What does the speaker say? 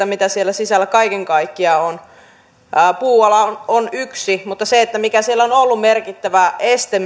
mitä siellä sisällä kaiken kaikkiaan on puuala on on yksi mutta se mikä kasvussa on ollut merkittävä este